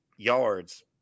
yards